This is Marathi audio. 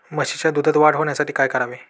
म्हशीच्या दुधात वाढ होण्यासाठी काय करावे?